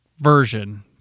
version